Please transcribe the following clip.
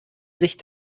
sich